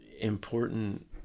important